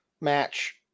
match